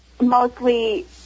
mostly